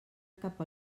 cap